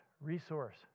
resource